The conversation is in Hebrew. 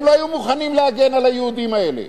הם לא היו מוכנים להגן על היהודים האלה.